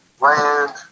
land